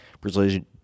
Brazilian